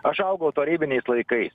aš augau tarybiniais laikais